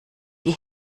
die